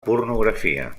pornografia